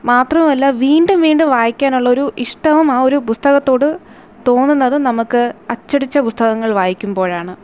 മാത്രവുമല്ല വീണ്ടും വീണ്ടും വായിക്കാനുള്ള ഒരു ഇഷ്ടവും ആ ഒരു പുസ്തകത്തോട് തോന്നുന്നതും നമുക്ക് അച്ചടിച്ച പുസ്തകങ്ങൾ വായിക്കുമ്പോഴാണ്